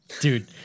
Dude